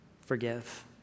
forgive